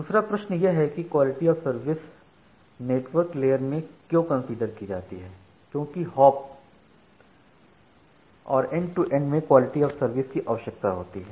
दूसरा प्रश्न यह है कि क्वालिटी ऑफ सर्विस नेटवर्क लेयरमें क्यों कंसीडर की जाती है क्योंकि हॉप और एंड टू एंड में क्वालिटी ऑफ़ सर्विस की आवश्यकता होती है